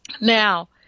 Now